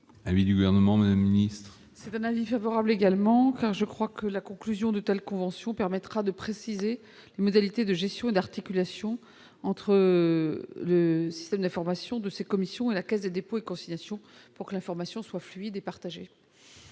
l'avis du Gouvernement ? C'est également un avis favorable. La conclusion de telles conventions permettra de préciser les modalités de gestion et d'articulation entre le système d'information de ces commissions et la Caisse des dépôts et consignations, pour une information fluide et partagée.